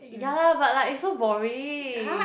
yeah lah but like so boring